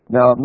Now